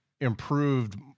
improved